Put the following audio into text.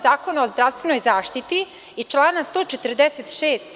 Zakona o zdravstvenoj zaštiti, i člana 146.